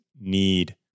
need